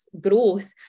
growth